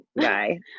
Guy